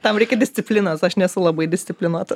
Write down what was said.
tam reikia disciplinos aš nesu labai disciplinuota